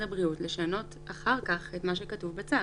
הבריאות לשנות אחר כך את מה שכתוב בצו.